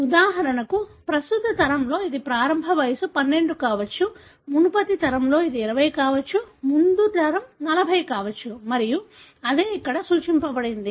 ఉదాహరణకు ప్రస్తుత తరంలో ఇది ప్రారంభ వయస్సు 12 కావచ్చు మునుపటి తరంలో ఇది 20 కావచ్చు ముందు తరం 40 కావచ్చు మరియు అదే ఇక్కడ సూచించబడింది